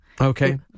Okay